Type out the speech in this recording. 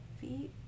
feet